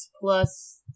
plus